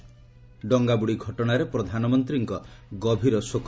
ଡଙ୍ଗାବୃଡି ଘଟଣାରେ ପ୍ରଧାନମନ୍ତ୍ରୀଙ୍କ ଗଭୀର ଶୋକ